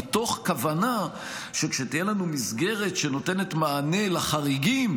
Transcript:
מתוך כוונה שכשתהיה לנו מסגרת שנותנת מענה לחריגים,